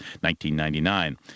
1999